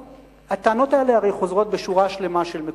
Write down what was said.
הטענות האלה הרי חוזרות בשורה שלמה של מקומות,